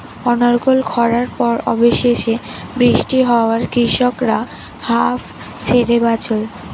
অনর্গল খড়ার পর অবশেষে বৃষ্টি হওয়ায় কৃষকরা হাঁফ ছেড়ে বাঁচল